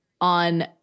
on